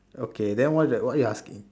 okay then what uh what you asking